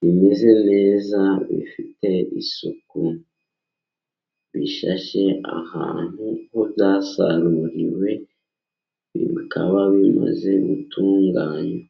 rimeze neza bifite isuku, bishashe ahantu ho byasaruriwe bikaba bimaze gutunganywa.